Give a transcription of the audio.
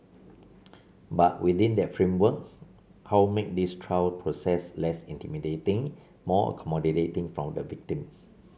but within that framework how make this trial process less intimidating more accommodating for the victim